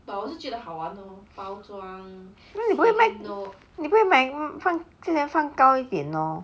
那你不会卖价钱放高一点 lor